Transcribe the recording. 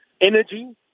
Energy